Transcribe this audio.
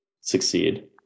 succeed